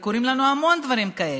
וקורים לנו המון דברים כאלה,